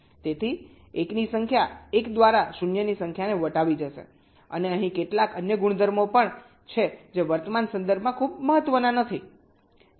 તેથી એકની સંખ્યા 1 દ્વારા શૂન્યની સંખ્યાને વટાવી જશે અને અહીં કેટલાક અન્ય ગુણધર્મો પણ છે જે વર્તમાન સંદર્ભમાં ખૂબ મહત્વના નથી